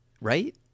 right